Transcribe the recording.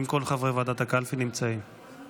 נא